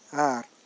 ᱟᱨ